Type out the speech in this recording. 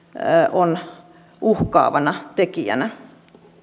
on uhkaavana tekijänä